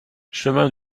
chemin